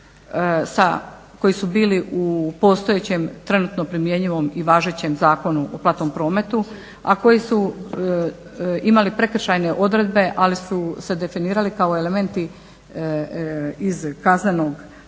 koji su bili u postojećem, trenutno primjenjivom i važećem Zakonu o platnom prometu, a koji su imali prekršajne odredbe ali su se definirali kao elementi iz Kaznenog zakona,